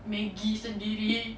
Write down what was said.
maggi sendiri